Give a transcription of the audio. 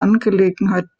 angelegenheit